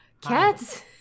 cats